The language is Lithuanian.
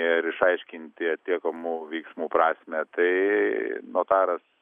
ir išaiškinti atliekamų veiksmų prasmę tai notaras